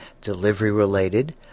delivery-related